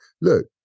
Look